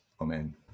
Amen